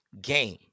game